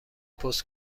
پست